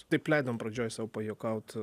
taip leidom pradžioj sau pajuokaut